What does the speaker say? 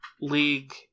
league